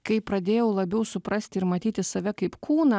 kai pradėjau labiau suprast ir matyti save kaip kūną